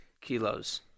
kilos